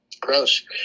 gross